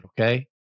okay